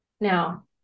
Now